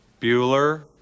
Bueller